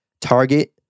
target